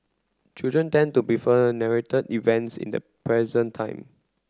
children tend to refer to narrated events in the present time